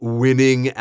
winning